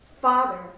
Father